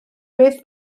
beth